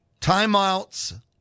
Timeouts